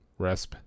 resp